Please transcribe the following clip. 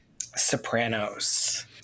Sopranos